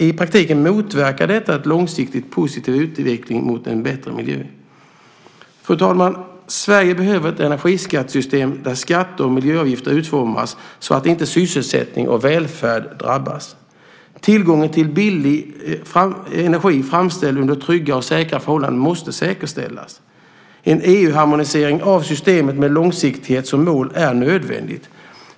I praktiken motverkar detta en långsiktigt positiv utveckling i riktning mot en bättre miljö. Fru talman! Sverige behöver ett energiskattesystem där skatter och miljöavgifter utformas så att inte sysselsättning och välfärd drabbas. Tillgången till billig energi framställd under trygga och säkra förhållanden måste säkerställas. En EU-harmonisering av systemet med långsiktighet som mål är nödvändig.